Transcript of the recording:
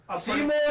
Seymour